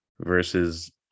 versus